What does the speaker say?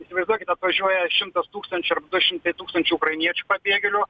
įsivaizduokit atvažiuoja šimtas tūkstančių arba du šimtai tūkstančių ukrainiečių pabėgėlių